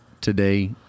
today